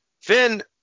Finn